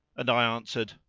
and i answered,